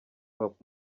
hop